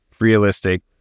realistic